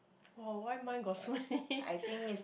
[wah] why mine got so many